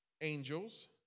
angels